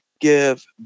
give